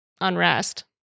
unrest